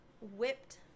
whipped